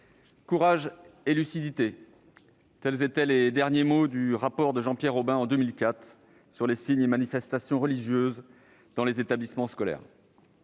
courage et lucidité : tels étaient les derniers mots du rapport de Jean-Pierre Obin en 2004 sur les signes et manifestations d'appartenance religieuse dans les établissements scolaires.